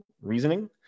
reasoning